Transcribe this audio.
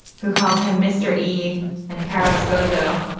who calls him mr e and carris bozo